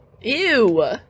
Ew